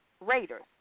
Raiders